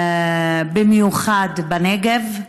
במיוחד בנגב.